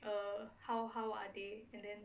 or how how are they and then